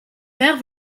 père